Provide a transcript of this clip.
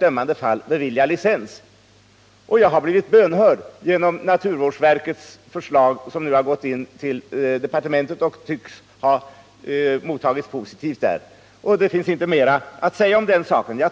ömmande fall bevilja licens. Jag har blivit bönhörd genom naturvårdsverkets förslag som nu har gått in till departementet, där det tycks ha mottagits positivt. Det finns inte mera att säga om den saken.